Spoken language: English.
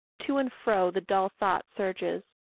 to and fro the dull thought surges,